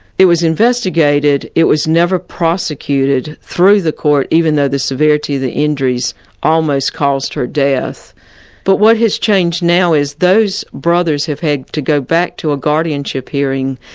it was investigated, it was never prosecuted through the court, even though the severity of the injuries almost caused her death. but what has changed now is those brothers have had to go back to a guardianship hearing,